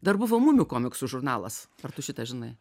dar buvo mumių komiksų žurnalas ar tu šitą žinai